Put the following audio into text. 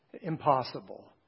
Impossible